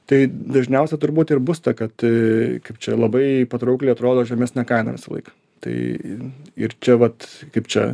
tai dažniausia turbūt ir bus ta kad kaip čia labai patraukliai atrodo žemesnė kaina visąlaik tai ir čia vat kaip čia